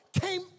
came